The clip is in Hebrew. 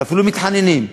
ואפילו מתחננים,